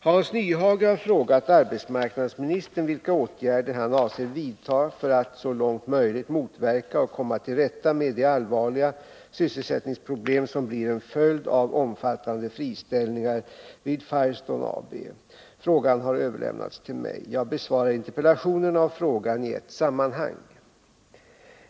Hans Nyhage har frågat arbetsmarknadsministern vilka åtgärder han avser vidta för att så långt möjligt motverka och komma till rätta med de allvarliga sysselsättningsproblem som blir en följd av omfattande friställningar vid Firestone AB. Frågan har överlämnats till mig. Jag besvarar interpellationerna och frågan i ett sammanhang.